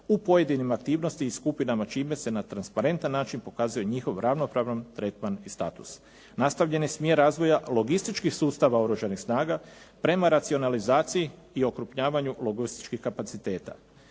u pojedinim aktivnosti i skupinama čime se na transparentan način pokazuje njihov ravnopravan tretman i status. Nastavljen je smjer razvoja logističkih sustava Oružanih snaga prema racionalizaciji i okrupnjavanju logističkih kapacitete.